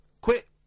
Quit